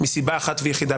מסיבה אחת ויחידה.